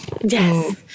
Yes